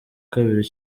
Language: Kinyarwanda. kabiri